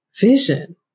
vision